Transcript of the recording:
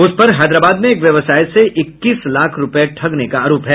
उस पर हैदराबाद में एक व्यवसाय से इक्कीस लाख रूपये ठगने का आरोप है